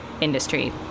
industry